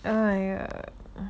err